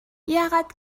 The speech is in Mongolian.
яагаад